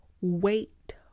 wait